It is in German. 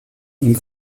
ihm